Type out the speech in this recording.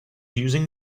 using